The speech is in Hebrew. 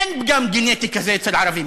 אין פגם גנטי כזה אצל ערבים.